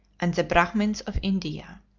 and the brahmins of india.